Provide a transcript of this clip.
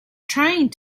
trying